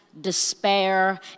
Despair